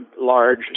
large